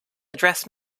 address